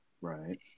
right